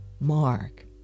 Mark